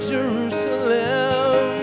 Jerusalem